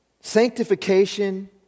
Sanctification